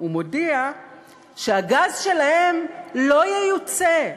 שהגז שלהם לא ייוצא,